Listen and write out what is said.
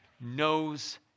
knows